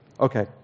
Okay